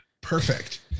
perfect